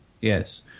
Yes